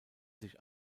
sich